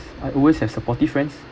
I always have supportive friends